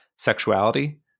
Sexuality